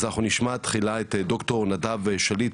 אז אנחנו נשמע תחילה את דוקטור נדב שליט,